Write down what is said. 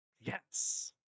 Yes